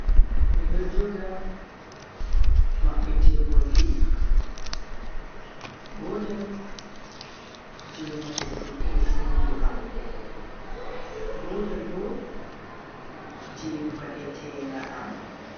Mido joga mabbitirgol didi, gotel je mabbutuggo sudu am gotel bo je va'etenga am.